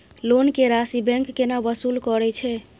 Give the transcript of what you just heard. Loan के राशि bank केना वसूल करे छै?